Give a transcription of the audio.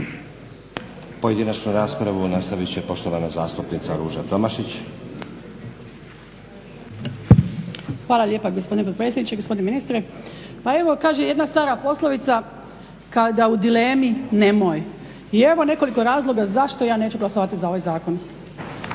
Pojedinačna raspravu nastavit će poštovana zastupnica Ruža Tomašić. **Tomašić, Ruža (HSP AS)** Hvala lijepa gospodine potpredsjedniče, gospodine ministre. Pa evo kaže jedna stara poslovica kada u dilemi nemoj. I evo nekoliko razloga zašto ja neću glasovati za ovaj zakon.